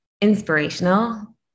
Inspirational